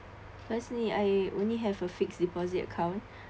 personally I only have a fixed deposit account